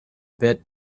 bit